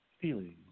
feelings